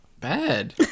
bad